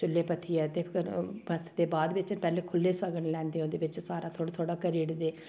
च्हुल्ले पत्थियै ते फिर पत्थदे बाद बिच्च पैह्ले खु'ल्ले सगन लैंदे बिच्च सारा थोह्ड़ा थोह्ड़ा करी ओड़दे